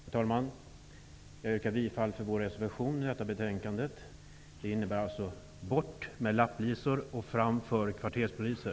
Herr talman! Jag yrkar bifall till vår reservation i betänkandet. Det innebär: bort med lapplisor och fram för kvarterspoliser.